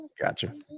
Gotcha